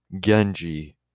genji